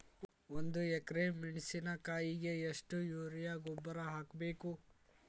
ಒಂದು ಎಕ್ರೆ ಮೆಣಸಿನಕಾಯಿಗೆ ಎಷ್ಟು ಯೂರಿಯಾ ಗೊಬ್ಬರ ಹಾಕ್ಬೇಕು?